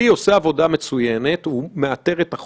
תוציאו הבהרות בבקשה, ואז